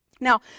Now